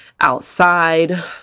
outside